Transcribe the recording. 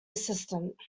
assistant